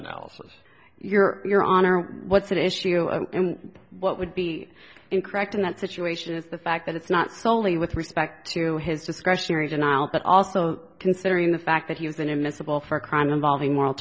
analysis your your honor what's an issue and what would be incorrect in that situation is the fact that it's not solely with respect to his discretionary denial but also considering the fact that he has been in this a ball for a crime involving moral